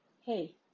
Hey